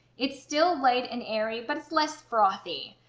it's still light and airy but it's less frothy.